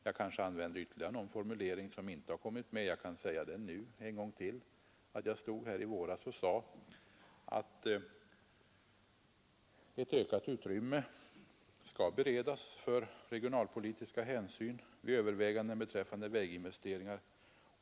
Jag kanske då begagnade ytterligare någon formulering som jag inte hade nu. Jag kan ännu en gång upprepa att jag här i kammaren i våras sade, att ett ökat utrymme skall beredas för regionalpolitiska hänsyn vid överväganden beträffande väginvesteringar.